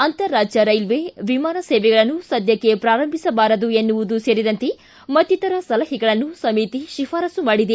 ಅಂತಾರಾಜ್ಯ ರೈಲ್ವೆ ವಿಮಾನ ಸೇವೆಗಳನ್ನು ಸದ್ಮಕ್ಕೆ ಪ್ರಾರಂಭಿಸಬಾರದು ಎನ್ನುವುದು ಸೇರಿದಂತೆ ಮತ್ತಿತರ ಸಲಹೆಗಳನ್ನು ಸಮಿತಿ ಶಿಫಾರಸ್ತು ಮಾಡಿದೆ